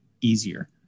easier